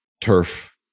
turf